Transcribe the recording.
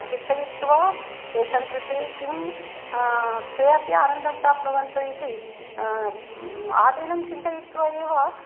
चिन्तयित्वा तेषां कृते किं ते अपि आनन्दं प्राप्नुवन्तु इति आदिनं चिन्तयित्वा एव